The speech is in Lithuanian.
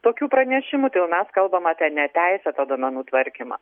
tokių pranešimų tai jau mes kalbam apie neteisėtą duomenų tvarkymą